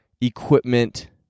equipment